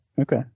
Okay